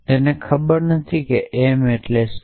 તેને ખબર નથી કે m એટલે શું